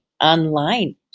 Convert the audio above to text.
online